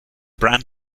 brand